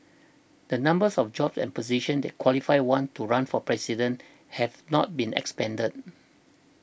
the numbers of jobs and positions that qualify one to run for President have not been expanded